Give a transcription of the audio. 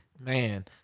Man